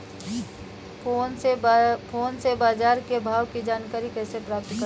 Phone से बाजार के भाव की जानकारी कैसे प्राप्त कर सकते हैं?